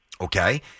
Okay